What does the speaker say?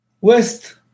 West